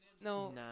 No